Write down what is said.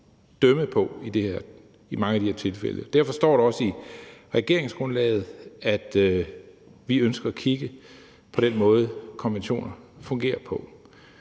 dømme på i mange af de her tilfælde. Derfor står der også i regeringsgrundlaget, at vi ønsker at kigge på den måde, konventionerne fungerer på,